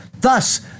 Thus